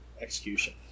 execution